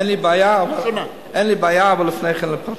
אין לי בעיה, אבל אני לפני כן, לפרוטוקול.